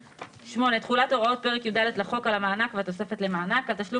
8. תחולת הוראות פרק י"ד לחוק על המענק והתוספת למענק על תשלום